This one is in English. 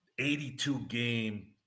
82-game